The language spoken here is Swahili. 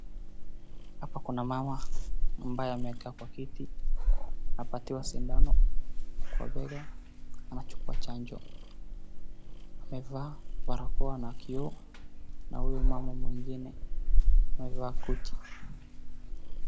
Hapa kuna mama ambaye amekaa kwa kiti. Anapatiwa sindano kwa mbega. Anachukua chanjo. Amevaa barakoa na kioo na huyo mama mwingine amevaa koti.